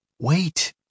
Wait